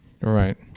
Right